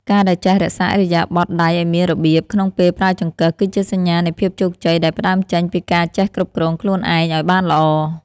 ការដែលចេះរក្សាឥរិយាបថដៃឱ្យមានរបៀបក្នុងពេលប្រើចង្កឹះគឺជាសញ្ញានៃភាពជោគជ័យដែលផ្តើមចេញពីការចេះគ្រប់គ្រងខ្លួនឯងឱ្យបានល្អ។